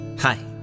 Hi